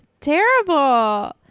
terrible